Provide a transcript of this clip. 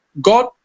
God